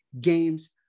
games